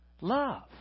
love